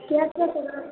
क्या क्या करवाना है